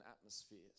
atmospheres